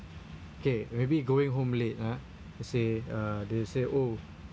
okay maybe going home late ah let's say uh they say oh